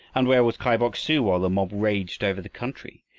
and where was kai bok-su while the mob raged over the country?